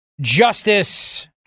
Justice